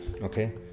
okay